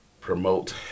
promote